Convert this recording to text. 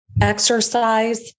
exercise